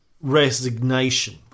resignation